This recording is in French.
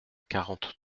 quarante